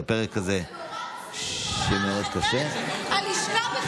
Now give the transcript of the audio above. את הפרק הזה, הלשכה בכוונה, פוגעת בחופש העיסוק.